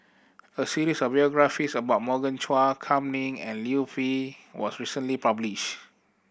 a series of biographies about Morgan Chua Kam Ning and Liu Peihe was recently published